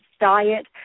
diet